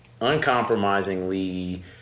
uncompromisingly